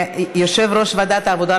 יושב-ראש ועדת העבודה,